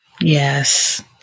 Yes